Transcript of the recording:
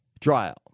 trial